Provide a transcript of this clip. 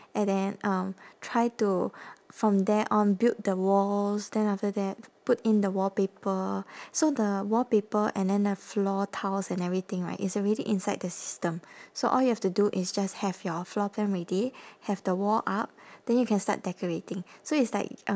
and then um try to from there on build the walls then after that put in the wallpaper so the wallpaper and then the floor tiles and everything right it's already inside the system so all you have to do is just have your floor plan ready have the wall art then you can start decorating so it's like um